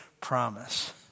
promise